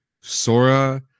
Sora